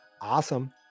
Awesome